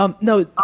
No